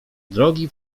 drogi